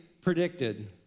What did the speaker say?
predicted